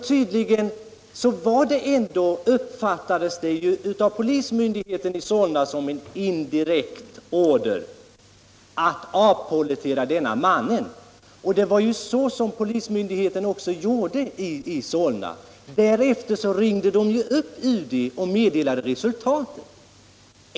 Tydligen uppfattades det hela ändå av polismyndigheten i Solna som en indirekt order att avpolletera tolken i fråga, och det var också det som polismyndigheten i Solna gjorde. Därefter ringde polismyndigheten upp UD och meddelade resultatet.